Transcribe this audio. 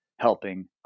helping